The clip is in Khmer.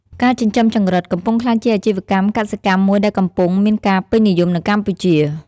ការចិញ្ចឹមចង្រិត កំពុងក្លាយជាអាជីវកម្មកសិកម្មមួយដែលកំពុងមានការពេញនិយមនៅកម្ពុជា។